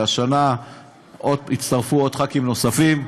והשנה הצטרפו ח"כים נוספים.